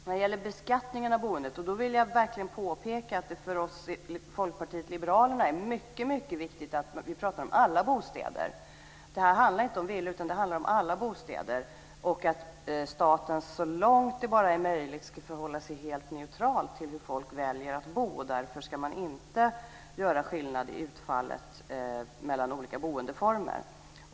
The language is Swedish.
När det gäller beskattningen av boendet vill jag verkligen påpeka att det för oss i Folkpartiet liberalerna är mycket viktigt att vi talar om alla bostäder och att detta inte handlar om villor utan om alla bostäder och att staten så långt som det bara är möjligt ska förhålla sig helt neutral till hur människor väljer att bo. Därför ska man inte göra skillnad i utfallet mellan olika boendeformer.